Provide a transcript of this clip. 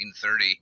1930